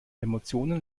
emotionen